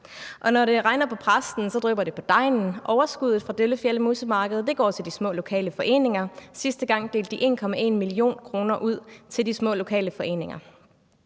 når det regner på præsten, drypper det på degnen – overskuddet fra Døllefjelde-Musse Marked går til de små lokale foreninger; sidste gang delte de 1,1 mio. kr. ud til de små lokale foreninger.